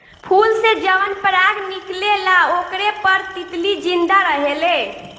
फूल से जवन पराग निकलेला ओकरे पर तितली जिंदा रहेले